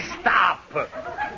stop